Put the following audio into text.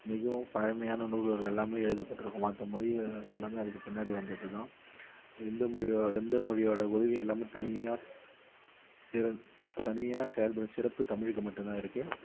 மிகவும் பழமையான நூல்கள் எல்லாம் எழுதப்பட்டிருக்கும் மற்ற மொழிகள் எல்லாம் அதுக்கு பின்னாடி வந்தது தான் எந்த மொழியோட எந்த மொழியோட உதவியும் இல்லாமல் தனியாக சிறந்து தனியாக செயல்படும் சிறப்பு தமிழுக்கு மட்டும்தான் இருக்கு